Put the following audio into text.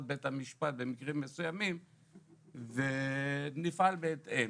בית המשפט במקרים מסוימים ולפעול בהתאם.